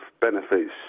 benefits